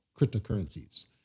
cryptocurrencies